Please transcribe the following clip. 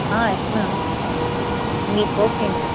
ஆ yes ma'am எங்களுக்கு okay ma'am